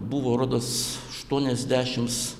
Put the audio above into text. buvo rodos aštuoniasdešims